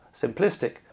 simplistic